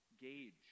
gauge